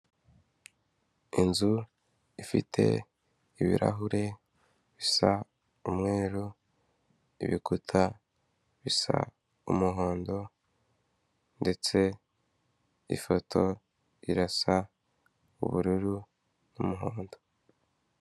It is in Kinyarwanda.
Inzu ifite ibirahure bisa umweru, ibikuta bisa umuhondo ndetse ifoto irasa ubururu n'umuhondo.